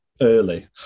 early